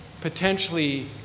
potentially